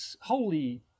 holy